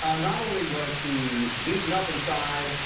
ah not only was he beaten up inside,